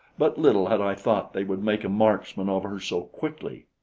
but little had i thought they would make a marksman of her so quickly.